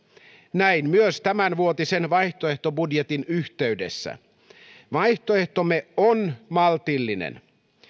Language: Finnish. näin myös tämänvuotisen vaihtoehtobudjetin yhteydessä vaihtoehtomme on maltillinen